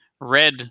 red